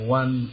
one